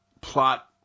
plot